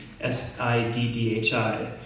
S-I-D-D-H-I